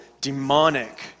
demonic